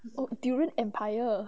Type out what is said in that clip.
oh durian empire